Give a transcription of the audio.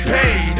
Paid